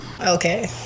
okay